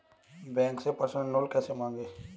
Bank से personal loan कैसे मांगें?